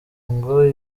ngo